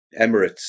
Emirates